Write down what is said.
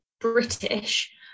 british